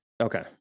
okay